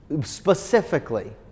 Specifically